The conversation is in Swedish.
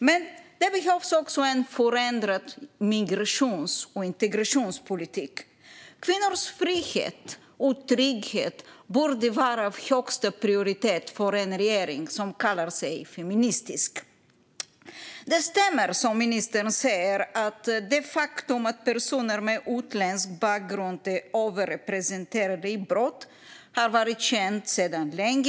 Men det behövs också en förändrad migrations och integrationspolitik. Kvinnors frihet och trygghet borde vara av högsta prioritet för en regering som kallar sig feministisk. Det som ministern säger stämmer: Det faktum att personer med utländsk bakgrund är överrepresenterade i brott har varit känt sedan länge.